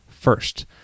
first